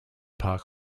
park